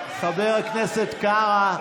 חבר הכנסת קארה.